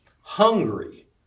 hungry